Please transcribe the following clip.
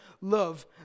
love